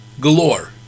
Galore